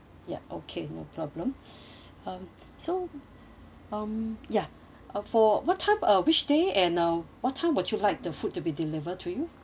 ya okay no problem um so um ya uh for what time uh which day and um what time would you like the food to be delivered to you